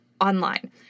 online